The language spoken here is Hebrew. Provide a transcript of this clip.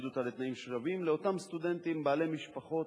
אותה בתנאים שווים לאותם סטודנטים בעלי משפחות